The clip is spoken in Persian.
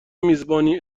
میزبانی